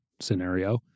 scenario